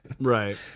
right